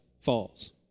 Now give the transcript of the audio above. falls